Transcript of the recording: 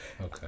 Okay